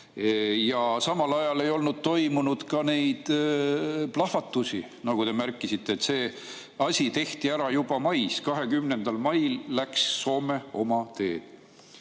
Samal ajal ei olnud toimunud ka neid plahvatusi, nagu te märkisite. See asi tehti ära juba mais: 20. mail läks Soome oma teed.